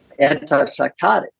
antipsychotics